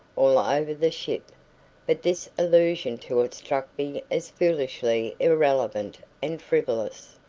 all over the ship but this allusion to it struck me as foolishly irrelevant and frivolous.